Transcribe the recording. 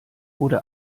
wurde